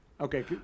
Okay